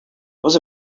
was